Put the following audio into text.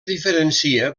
diferencia